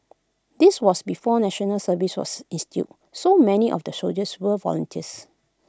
this was before National Service was instituted so many of the soldiers were volunteers